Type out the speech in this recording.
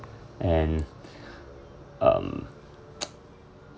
and um